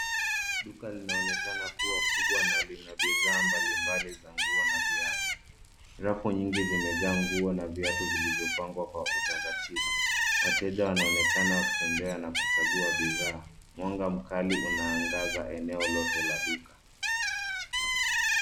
Duka linaonekana kuwa kubwa na lina bidhaa mbalimbali za nguo na viatu. Rafu nyingi zimejaa nguo na viatu vilivyopangwa kwa utaratibu. Wateja wanaonekana kutembea na kuchagua bidhaa. Mwanga mkali unaangaza eneo lote la duka.